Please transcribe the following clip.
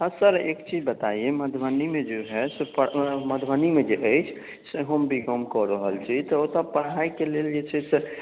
हाँ सर एक चीज बताइये मधुबनीमे जो है सो मधुबनीमे जे अछि से हम बी कॉम कऽ रहल छी तऽ ओतय पढ़ाइके लेल जे छै से